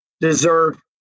deserve